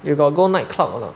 you got go nightclub or not